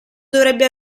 dovrebbe